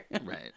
Right